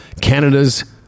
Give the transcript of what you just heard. canada's